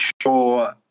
sure